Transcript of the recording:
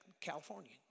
California